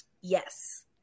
Yes